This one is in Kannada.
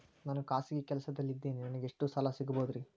ನಾನು ಖಾಸಗಿ ಕೆಲಸದಲ್ಲಿದ್ದೇನೆ ನನಗೆ ಎಷ್ಟು ಸಾಲ ಸಿಗಬಹುದ್ರಿ?